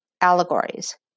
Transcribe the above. allegories